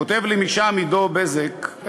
כותב לי משם עידו בזק,